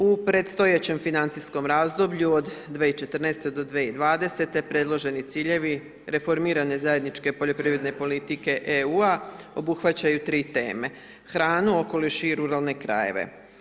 U predstojećem financijskom razdoblju od 2014.-te do 2020.-te predloženi ciljevi reformirane zajedničke poljoprivredne politike EU-a obuhvaćaju 3 teme, hranu, okoliš i ruralne krajeve.